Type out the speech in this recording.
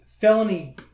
felony